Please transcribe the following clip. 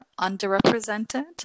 underrepresented